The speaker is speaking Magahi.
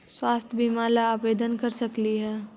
स्वास्थ्य बीमा ला आवेदन कर सकली हे?